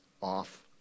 off